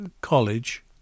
college